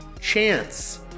Chance